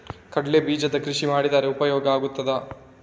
ಕಡ್ಲೆ ಬೀಜದ ಕೃಷಿ ಮಾಡಿದರೆ ಉಪಯೋಗ ಆಗುತ್ತದಾ?